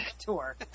tour